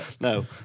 No